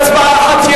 בהצבעה אחת,